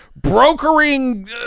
brokering